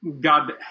God